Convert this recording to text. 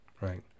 right